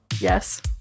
yes